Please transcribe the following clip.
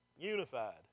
Unified